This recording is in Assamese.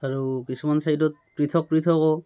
আৰু কিছুমান ছাইডত পৃথক পৃথকো